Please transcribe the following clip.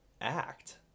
act